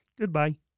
Goodbye